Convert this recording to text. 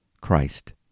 Christ